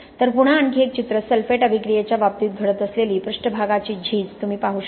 तर पुन्हा आणखी एक चित्र सल्फेट अभिक्रिये च्या बाबतीत घडत असलेली पृष्ठभागाची झीज तुम्ही पाहू शकता